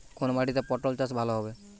কোন মাটিতে পটল চাষ ভালো হবে?